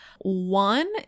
One